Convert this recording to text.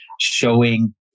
showing